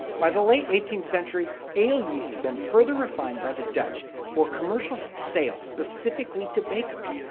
by the late eighteenth century, ale yeast had been further refined by the dutch for commercial sale, specifically to bakers.